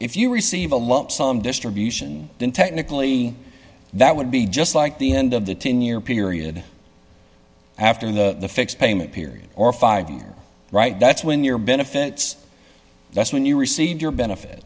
if you receive a lump sum distribution then technically that would be just like the end of the ten year period after the fixed payment period or five years right that's when your benefits that's when you receive your benefit